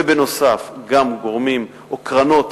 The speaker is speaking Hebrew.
ובנוסף גם גורמים או קרנות